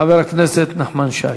חבר הכנסת נחמן שי.